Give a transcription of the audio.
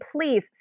please